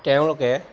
তেওঁলোকে